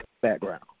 background